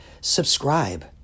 subscribe